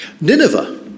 Nineveh